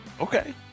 Okay